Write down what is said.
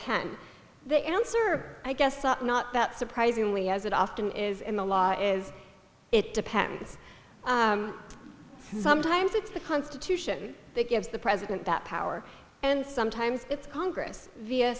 pen the answer i guess not that surprisingly as it often is in the law is it depends sometimes it's the constitution that gives the president that power and sometimes it's congress v